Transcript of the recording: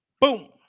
Boom